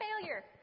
failure